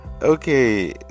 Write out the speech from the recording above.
Okay